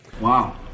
wow